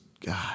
God